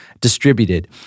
distributed